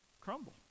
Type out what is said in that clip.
crumble